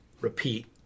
repeat